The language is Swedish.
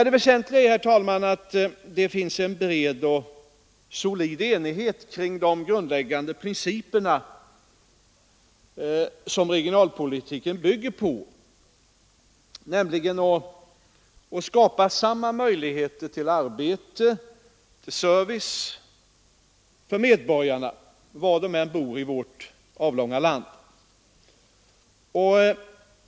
Det väsentliga, herr talman, är att det finns en bred och solid enighet kring de grundläggande principer som regionalpolitiken bygger på, nämligen att skapa möjligheter till arbete och service för medborgarna var de än bor i vårt avlånga land.